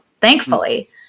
thankfully